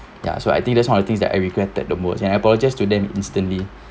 ya so I think that's one of the things that I regretted the most and I apologise to them instantly